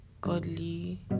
godly